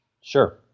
Sure